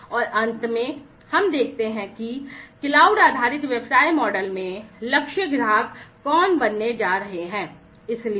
और अंत में हम देखते हैं कि क्लाउड आधारित व्यवसाय मॉडल में लक्ष्य ग्राहक कौन बनने जा रहे हैं